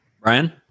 Brian